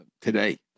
today